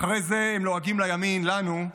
אחרי זה הם לועגים לימין, לנו,